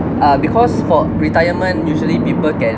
uh because for retirement usually people can